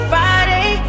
Friday